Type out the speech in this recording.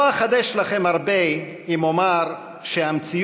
לא אחדש לכם הרבה אם אומר שהמציאות